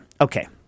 Okay